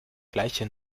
gleiche